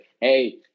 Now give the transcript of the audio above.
hey